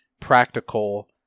practical